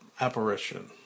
apparition